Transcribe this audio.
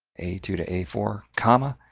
a two two a four, comma,